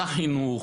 לחינוך,